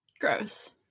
Gross